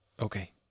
okay